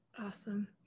Awesome